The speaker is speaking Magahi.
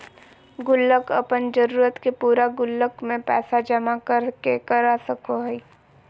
गुल्लक अपन जरूरत के पूरा गुल्लक में पैसा जमा कर के कर सको हइ